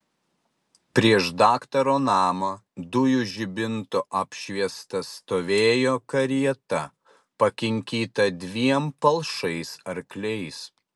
prieš daktaro namą dujų žibinto apšviesta stovėjo karieta pakinkyta dviem palšais arkliais